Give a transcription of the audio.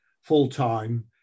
full-time